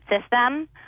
system